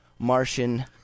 Martian